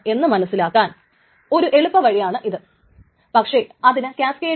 അപ്പോൾ x നെ T1 read ചെയ്യുന്നതിനു മുൻപ് തന്നെ അതിനെ റൈറ്റ് ചെയ്യണം